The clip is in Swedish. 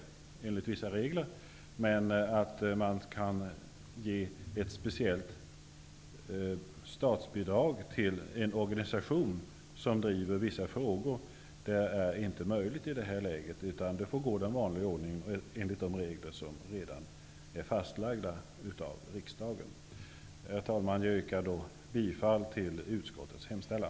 Men det är inte möjligt att ge ett speciellt statsbidrag till en organisation som driver vissa frågor. Det får gå den vanliga vägen enligt de regler som redan är fastlagda av riksdagen. Herr talman! Jag yrkar bifall till utskottets hemställan.